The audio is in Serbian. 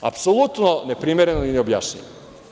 Apsolutno neprimereno i neobjašnjivo.